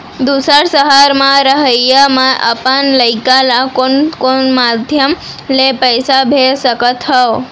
दूसर सहर म रहइया अपन लइका ला कोन कोन माधयम ले पइसा भेज सकत हव?